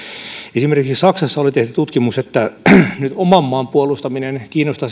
esimerkiksi saksassa oli tehty tutkimus että nyt oman maan puolustaminen